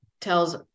tells